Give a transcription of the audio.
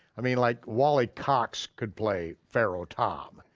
i mean like wally cox could play pharaoh thom.